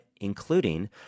including